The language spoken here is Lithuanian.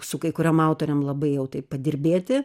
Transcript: su kai kuriom autorėm labai jau taip padirbėti